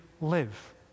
live